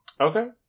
Okay